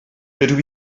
dydw